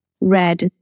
red